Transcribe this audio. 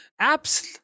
apps